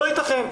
לא יתכן.